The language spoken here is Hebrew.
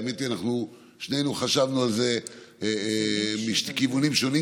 האמת היא שאנחנו שנינו חשבנו על זה מכיוונים שונים,